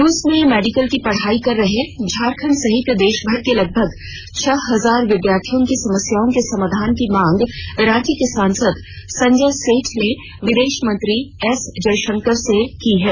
रूस में मेडिकल की पढ़ाई कर रहे झारखंड सहित देश भर के लगभग छह हजार विद्यार्थियों की समस्याओं के समाधान की मांग रांची के सांसद संजय सेठ ने विदेश मंत्री एसजय शंकर से मिलकर की है